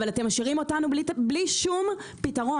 אבל אתם משאירים אותנו בלי שום פתרון,